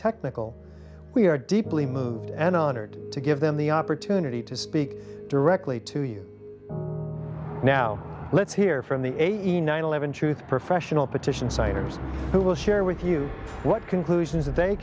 technical we are deeply moved and honored to give them the opportunity to speak directly to you now let's hear from the eighty nine eleven truth professional petition signers who will share with you what conclusions they